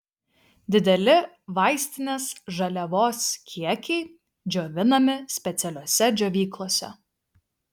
dideli vaistinės žaliavos kiekiai džiovinami specialiose džiovyklose